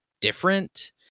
different